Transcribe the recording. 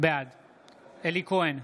בעד אלי כהן,